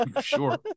Sure